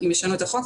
אם ישנו את החוק,